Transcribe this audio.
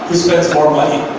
spends more money?